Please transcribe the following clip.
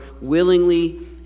willingly